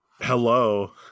Hello